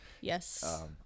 Yes